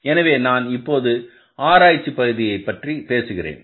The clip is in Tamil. எனவே நான் இப்போது ஆராய்ச்சி பகுதியைப் பற்றி பேசுகிறேன்